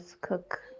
cook